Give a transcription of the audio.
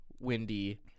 windy